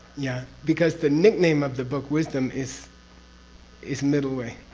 yeah because the nickname of the book wisdom is is middle way.